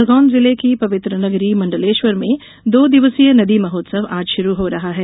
खरगोन जिले की पवित्र नगरी मंडलेश्वर में दो दिवसीय नदी महोत्सव आज शुरू हो रहा है